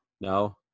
No